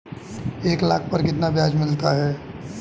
एक लाख पर कितना ब्याज मिलता है?